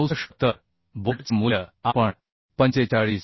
64 तर बोल्टचे मूल्य आपण 45